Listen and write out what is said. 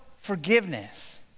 forgiveness